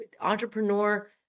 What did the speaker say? entrepreneur